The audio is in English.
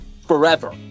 forever